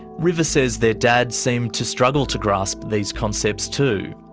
river says their dad seemed to struggle to grasp these concepts too.